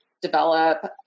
Develop